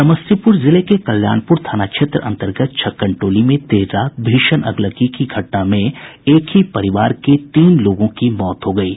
समस्तीपुर जिले के कल्याणपुर थाना क्षेत्र अंतर्गत छक्कन टोली में देर रात भीषण अगलगी की घटना में एक ही परिवार के तीन लोगों की मौत हो गयी